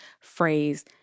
phrase